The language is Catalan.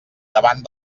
davant